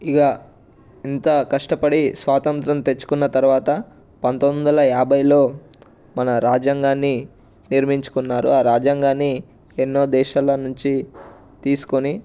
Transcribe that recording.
ఇగ ఇంత కష్టపడి స్వాతంత్ర్యం తెచ్చుకున్న తర్వాత పంతొమ్మిది వందల యాభైలో మన రాజ్యాంగాన్ని నిర్మించుకున్నారు ఆ రాజ్యాంగాన్ని ఎన్నో దేశాల నుంచి తీసుకొని